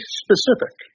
specific